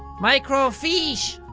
micro-feesh.